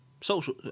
social